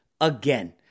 again